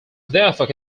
therefore